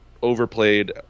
Overplayed